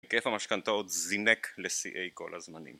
היקף המשכנתאות זינק לשיאי כל הזמנים